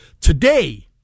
today